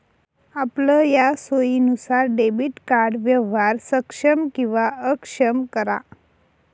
आपलया सोयीनुसार debit card व्यवहार सक्षम किंवा अक्षम करा